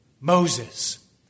Moses